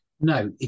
No